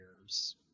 years